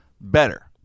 better